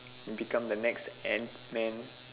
become the next Ant man